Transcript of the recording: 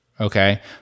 Okay